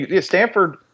Stanford